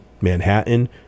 Manhattan